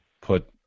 put